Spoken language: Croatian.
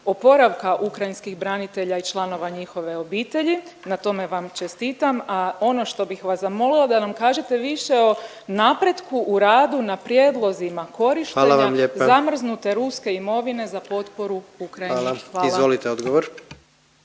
oporavka ukrajinskih branitelja i članova njihove obitelji, na tome vam čestitam. A ono što bih vas zamolila da nam kažete više o napretku u radu na prijedlozima korištenja … …/Upadica predsjednik: Hvala vam lijepa./…